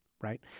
Right